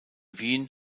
wien